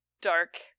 dark